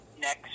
next